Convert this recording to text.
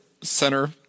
center